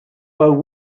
but